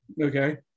Okay